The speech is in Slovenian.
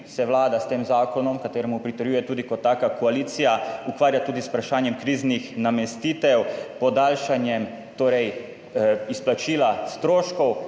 se Vlada s tem zakonom, kateremu pritrjuje tudi kot taka koalicija, ukvarja tudi z vprašanjem kriznih namestitev, podaljšanjem torej izplačila stroškov